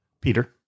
Peter